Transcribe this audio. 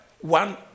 one